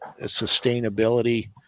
sustainability